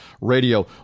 Radio